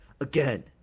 again